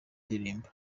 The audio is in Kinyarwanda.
ndirimbo